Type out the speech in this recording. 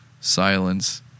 silence